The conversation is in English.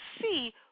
see